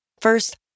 First